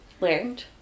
learned